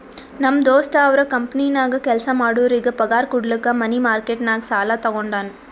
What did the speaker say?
ನಮ್ ದೋಸ್ತ ಅವ್ರ ಕಂಪನಿನಾಗ್ ಕೆಲ್ಸಾ ಮಾಡೋರಿಗ್ ಪಗಾರ್ ಕುಡ್ಲಕ್ ಮನಿ ಮಾರ್ಕೆಟ್ ನಾಗ್ ಸಾಲಾ ತಗೊಂಡಾನ್